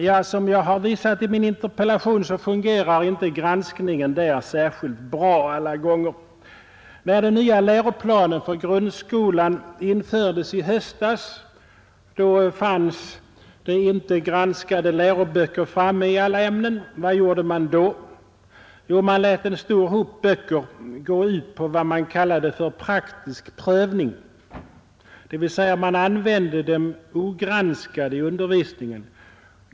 Ja, som jag har visat i min interpellation fungerar inte granskningen där så särskilt bra alla gånger. När den nya läroplanen för grundskolan infördes i höstas, hade inte granskade läroböcker kommit fram i alla ämnen. Vad gjorde man då? Jo, man lät en stor hop böcker gå ut på vad man kallade för ”praktisk prövning”, dvs. man använde dem ogranskade i undervisningen.